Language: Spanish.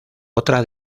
otra